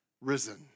risen